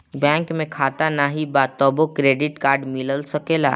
Bank में खाता नाही बा तबो क्रेडिट कार्ड मिल सकेला?